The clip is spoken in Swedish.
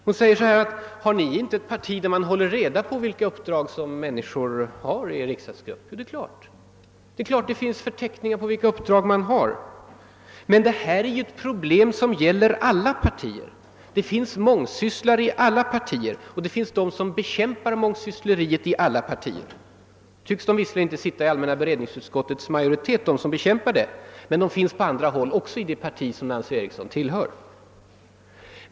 Nancy Eriksson frågar, om vi i folkpartiet inte håller reda på vilka uppdrag riksdagsmännen i vårt parti har. Jo, det finns en förteckning över vilka uppdrag olika personer har. Men det här är ett problem som gäller alla partier. Det finns mångsysslare i alla partier. Och i alla partier finns det de som bekämpar mångsyssleriet — även om de inte tycks tillhöra beredningsutskottets majoritet. Detta förekommer emellertid på flera håll, också inom det parti som Nancy Eriksson tillhör.